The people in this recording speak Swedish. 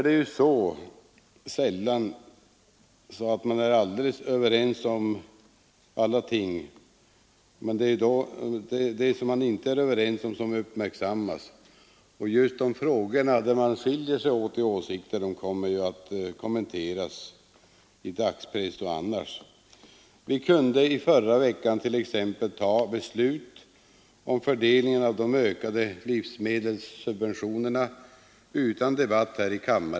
Det är sällan man är överens om alla ting, men det är det som man inte är överens om som uppmärksammas, och just de frågor där åsikterna skiljer sig kommer att kommenteras i dagspressen och på andra håll. Vi kunde t.ex. i förra veckan utan debatt här i kammaren fatta beslut om fördelningen av de ökade livsmedelssubventionerna.